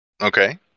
Okay